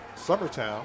Summertown